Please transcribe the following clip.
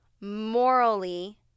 morally